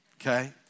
okay